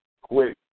quick